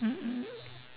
mm mm